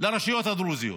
לרשויות הדרוזיות.